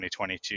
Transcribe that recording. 2022